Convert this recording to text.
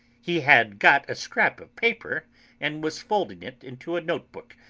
he had got a scrap of paper and was folding it into a note-book.